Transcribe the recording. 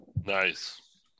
Nice